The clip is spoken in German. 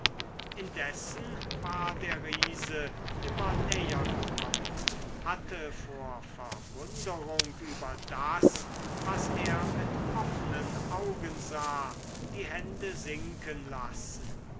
indessen war der riese immer näher gekommen hatte vor verwunderung über das was er mit offenen augen sah die hände sinken lassen